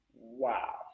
wow